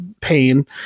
pain